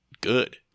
good